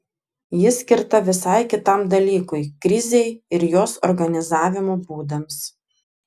ji skirta visai kitam dalykui krizei ir jos organizavimo būdams